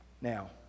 Now